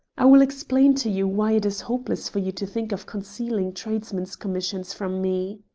i will explain to you why it is hopeless for you to think of concealing tradesmen's commissions from me.